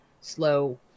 slow